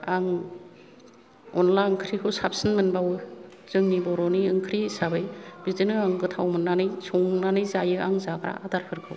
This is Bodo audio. आं अनला ओंख्रिखौ साबसिन मोनबावो जोंनि बर'नि ओंख्रि हिसाबै बिदिनों आं गोथाव मोननानै संनानै जायो आं जाग्रा आदारफोरखौ